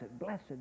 blessed